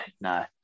no